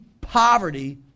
poverty